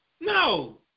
No